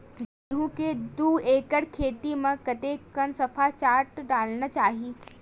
गेहूं के दू एकड़ खेती म कतेकन सफाचट डालना चाहि?